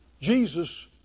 Jesus